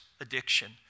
addiction